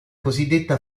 cosiddetta